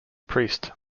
priest